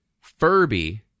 Furby